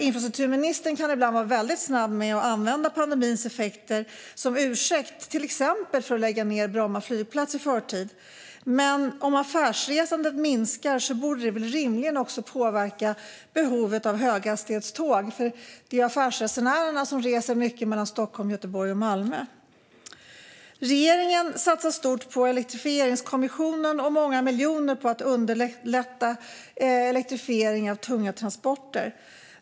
Infrastrukturministern kan ibland vara väldigt snabb med att använda pandemins effekter som ursäkt för att till exempel lägga ned Bromma flygplats i förtid, men om affärsresandet minskar borde det rimligen också påverka behovet av höghastighetståg. Det är ju affärsresenärer som reser mycket mellan Stockholm, Göteborg och Malmö. Regeringen satsar stort på elektrifieringskommissionen och många miljoner på att underlätta elektrifiering av tunga transporter.